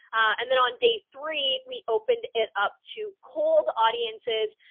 and then on day three we opened it up to cold audiences.